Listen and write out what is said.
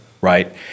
right